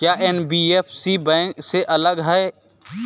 क्या NBFC bank से अलग है?